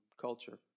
culture